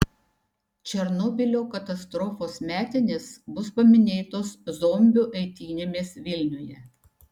černobylio katastrofos metinės bus paminėtos zombių eitynėmis vilniuje